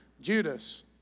Judas